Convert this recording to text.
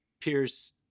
Pierce